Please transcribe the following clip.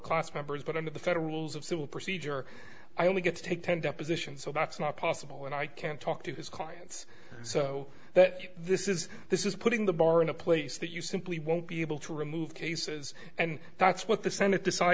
class members but under the federal rules of civil procedure i only get to take ten depositions so that's not possible and i can't talk to his clients so that this is this is putting the bar in a place that you simply won't be able to remove cases and that's what the senate decide